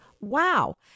wow